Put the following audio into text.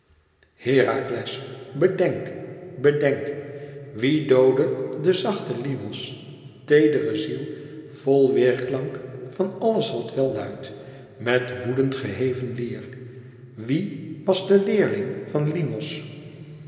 herakles bedenk bedenk wie doodde den zachten linos teedere ziel vol weêrklank van alles wat wel luidt met woedend geheven lier wiè was de leerling van linos